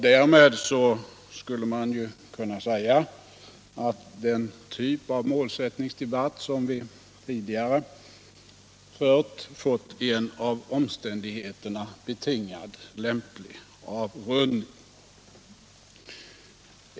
Därmed skulle man kunna säga att den typ av målsättningsdebatt som vi tidigare fört fått en av omständigheterna betingad lämplig avrundning.